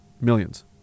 Millions